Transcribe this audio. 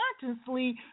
consciously